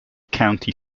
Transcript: county